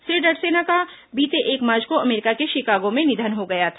श्री डड़सेना का बीते एक मार्च को अमेरिका के शिकागो में निधन हो गया था